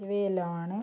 ഇവയെല്ലാമാണ്